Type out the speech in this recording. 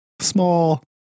small